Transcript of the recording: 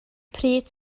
pryd